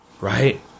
right